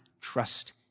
trust